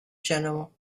general